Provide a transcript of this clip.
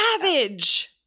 Savage